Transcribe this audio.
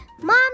Mom